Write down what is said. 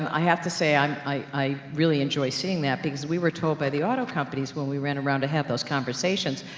i have to say, i, i really enjoy seeing that, because we were told by the auto companies, when we ran around to have those conversations,